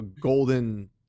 golden